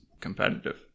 competitive